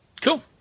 Cool